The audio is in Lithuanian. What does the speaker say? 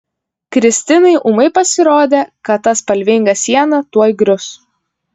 kristinai ūmai pasirodė kad ta spalvinga siena tuoj grius